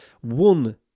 one